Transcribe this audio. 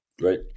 Right